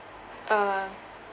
uh